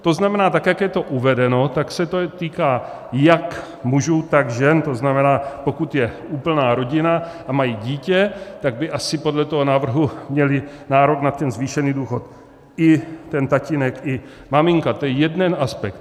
To znamená, že tak jak je to uvedeno, se to týká jak mužů, tak žen, to znamená, pokud je úplná rodina a mají dítě, tak by asi podle toho návrhu měli nárok na ten zvýšený důchod i ten tatínek, i maminka, to je jeden aspekt.